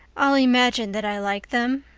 i'll imagine that i like them,